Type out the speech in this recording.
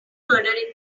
murdered